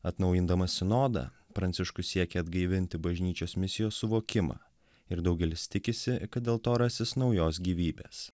atnaujindamas sinodą pranciškus siekia atgaivinti bažnyčios misijos suvokimą ir daugelis tikisi kad dėl to rasis naujos gyvybės